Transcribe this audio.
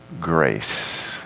grace